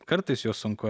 kartais juos sunku